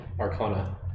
Arcana